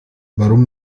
warum